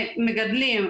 מגדלים,